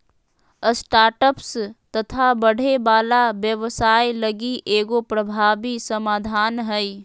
startups तथा बढ़े वाला व्यवसाय लगी एगो प्रभावी समाधान हइ